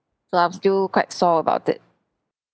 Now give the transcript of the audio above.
so I'm still quite sore about it